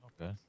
Okay